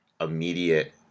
immediate